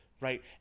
right